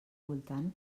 voltant